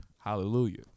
hallelujah